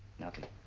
nothing.